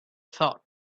thought